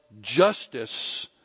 justice